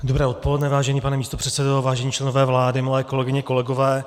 Dobré odpoledne, vážený pane místopředsedo, vážení členové vlády, milé kolegyně, kolegové.